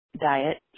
diet